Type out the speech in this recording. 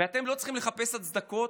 ואתם לא צריכים לחפש הצדקות,